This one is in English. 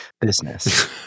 business